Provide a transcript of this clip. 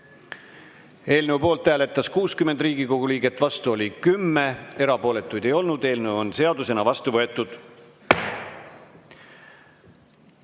Eelnõu poolt hääletas 41 Riigikogu liiget, vastu oli 6, erapooletuid ei olnud. Eelnõu on seadusena vastu võetud.